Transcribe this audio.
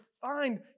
find